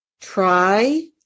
try